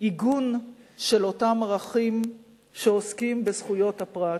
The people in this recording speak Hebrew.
עיגון של אותם ערכים שעוסקים בזכויות הפרט.